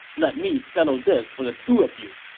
let me settle this for the two of you!